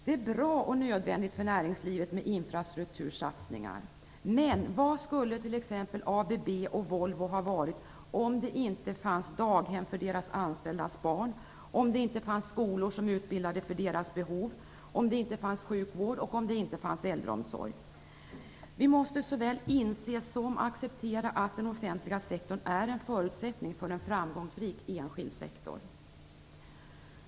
Det är bra och nödvändigt för näringslivet med infrastruktursatsningar, men vad skulle t.ex. ABB och Volvo ha varit om det inte fanns daghem för deras anställdas barn, om det inte fanns skolor som utbildade för deras behov, om det inte fanns sjukvård och om det inte fanns äldreomsorg? Vi måste såväl inse som acceptera att den offentliga sektorn är en förutsättning för en framgångsrik enskild sektor.